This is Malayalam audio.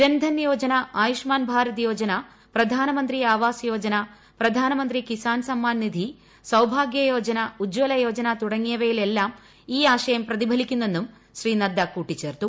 ജൻധൻ യോജന ആയുഷ്മാൻ ഭാരത് യോജന പ്രധാൻമന്ത്രി ആവാസ് യോജന പ്രധാനമന്ത്രി കിസാൻ സമ്മാൻ നിധി സൌഭാഗ്യ യോജന ഉജ്ജ്വല യോജന തുടങ്ങിയവയിലെല്ലാം ഈ ആശയം പ്രതിഫലിക്കുന്നുന്നെും ശ്രീ നദ്ദ കൂട്ടിച്ചേർത്തു